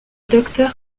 docteur